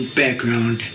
background